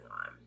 on